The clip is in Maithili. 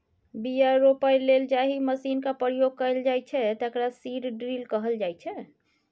बीया रोपय लेल जाहि मशीनक प्रयोग कएल जाइ छै तकरा सीड ड्रील कहल जाइ छै